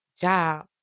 job